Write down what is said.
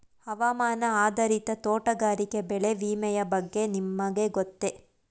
ಹವಾಮಾನ ಆಧಾರಿತ ತೋಟಗಾರಿಕೆ ಬೆಳೆ ವಿಮೆಯ ಬಗ್ಗೆ ನಿಮಗೆ ಗೊತ್ತೇ?